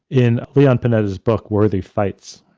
in leon panetta's book, worthy fights,